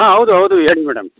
ಹಾಂ ಹೌದು ಹೌದು ಹೇಳಿ ಮೇಡಮ್